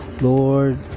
Lord